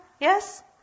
Yes